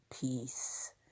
peace